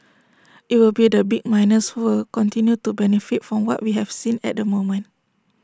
IT will be the big miners who will continue to benefit from what we have seen at the moment